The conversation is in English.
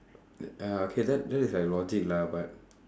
uh okay that that is like logic lah but